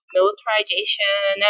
militarization